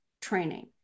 training